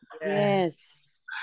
Yes